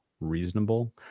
reasonable